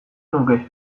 nuke